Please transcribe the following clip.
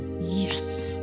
Yes